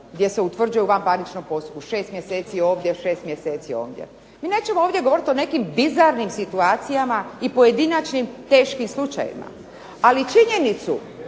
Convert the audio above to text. gdje se utvrđuje u vanparničnom postupku 6 mj. ovdje, 6 mj. ondje. Mi nećemo ovdje govoriti o nekim bizarnim situacijama i pojedinačnim teškim slučajevima, ali činjenicu